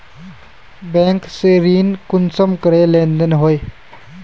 Bank से ऋण कुंसम करे लेन देन होए?